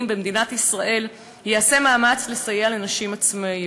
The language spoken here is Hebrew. במדינת ישראל ייעשה מאמץ לסייע לנשים עצמאיות,